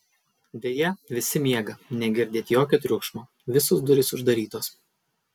deja visi miega negirdėt jokio triukšmo visos durys uždarytos